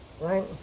right